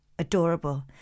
adorable